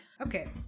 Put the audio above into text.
Okay